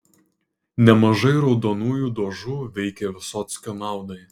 nemažai raudonųjų dožų veikė vysockio naudai